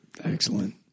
Excellent